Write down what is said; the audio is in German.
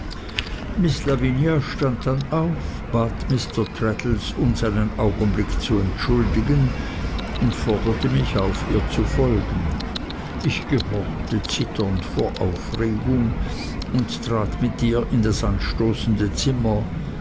miß lavinia stand dann auf bat mr traddles uns einen augenblick zu entschuldigen und forderte mich auf ihr zu folgen ich gehorchte zitternd vor aufregung und trat mit ihr in das anstoßende zimmer